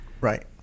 Right